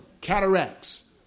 cataracts